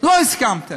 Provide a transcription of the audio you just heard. לא הסכמתם.